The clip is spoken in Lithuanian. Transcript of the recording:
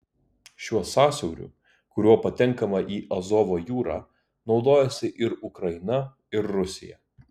šiuo sąsiauriu kuriuo patenkama į azovo jūrą naudojasi ir ukraina ir rusija